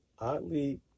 Oddly